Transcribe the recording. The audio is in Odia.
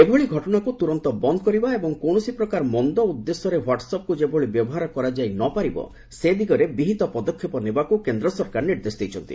ଏଭଳି ଘଟଣାକୁ ତୁରନ୍ତ ବନ୍ଦ କରିବା ପାଇଁ ଏବଂ କୌଣସିପ୍ରକାର ମନ୍ଦ ଉଦ୍ଦେଶ୍ୟରେ ହ୍ୱାଟ୍ସଅପ୍କୁ ଯେଭଳି ବ୍ୟବହାର କରାଯାଇ ନ ପାରିବ ସେ ଦିଗରେ ବିହିତ ପଦକ୍ଷେପ ନେବାକୁ କେନ୍ଦ୍ର ସରକାର ନିର୍ଦ୍ଦେଶ ଦେଇଛନ୍ତି